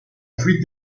fuite